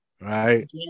right